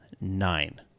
nine